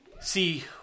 see